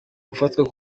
gufatwa